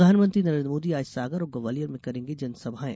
प्रधानमंत्री नरेन्द्र मोदी आज सागर और ग्वालियर में करेंगे जनसभाएं